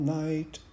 night